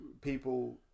people